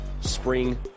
spring